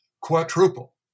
quadruple